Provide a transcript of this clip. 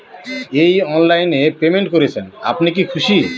এই অনলাইন এ পেমেন্ট করছেন আপনি কি খুশি?